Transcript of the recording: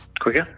quicker